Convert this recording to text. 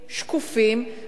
שקופים,